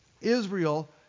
Israel